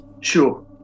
Sure